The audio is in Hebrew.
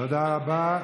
תקראי את זה רחב.